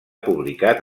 publicat